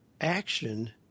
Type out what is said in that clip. action